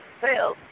sales